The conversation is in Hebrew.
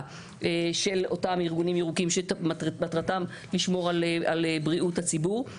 של אותם ארגונים ירוקים שמטרתם לשמור על בריאות הציבור.